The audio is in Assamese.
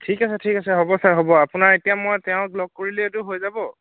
ঠিক আছে ঠিক আছে হ'ব ছাৰ হ'ব আপোনাৰ এতিয়া মই তেওঁক লগ কৰিলেইটো হৈ যাব